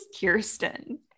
Kirsten